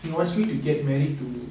he wants me to get married to